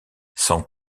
sans